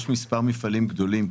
יש מספר מפעלים גדולים,